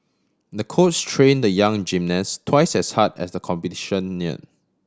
the coach train the young gymnast twice as hard as the competition near